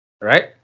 right